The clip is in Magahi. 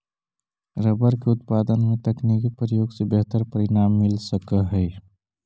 रबर के उत्पादन में तकनीकी प्रयोग से बेहतर परिणाम मिल सकऽ हई